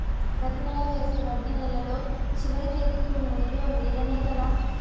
ప్రతి నెల వేసే వడ్డీ నెలలో చివరి తేదీకి వున్న నిలువ మీదనే కదా?